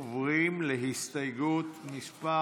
עוברים להסתייגות מס'